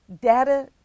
data